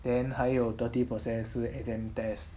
then 还有 thirty percents 是 exam test